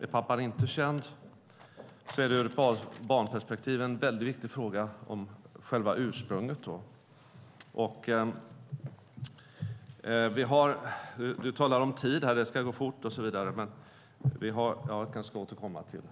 Är pappan inte känd är ursprunget ur ett barnperspektiv en viktig fråga. Jag får återkomma till frågan om tid.